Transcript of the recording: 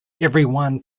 everyone